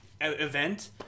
event